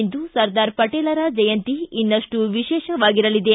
ಇಂದು ಸರ್ದಾರ್ ಪಟೇಲ್ರ ಜಯಂತಿ ಇನ್ನಷ್ಟು ವಿಶೇಷವಾಗಿರಲಿದೆ